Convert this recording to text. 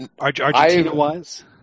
Argentina-wise